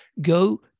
Go